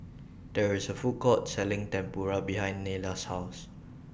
There IS A Food Court Selling Tempura behind Nella's House